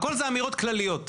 הכול אלה אמירות כלליות.